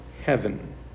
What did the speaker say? heaven